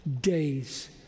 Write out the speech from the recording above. days